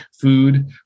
food